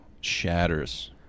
Shatters